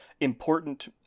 important